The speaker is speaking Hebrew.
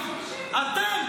צבאית ועוצמה מוסרית.